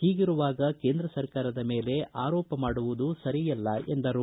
ಹೀಗಿರುವಾಗ ಕೇಂದ್ರ ಸರ್ಕಾರದ ಮೇಲೆ ಆರೋಪ ಮಾಡುವುದು ಸರಿಯಲ್ಲ ಎಂದರು